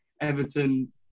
Everton